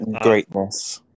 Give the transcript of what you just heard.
Greatness